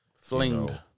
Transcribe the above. fling